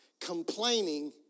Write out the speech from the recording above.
Complaining